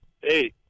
Hey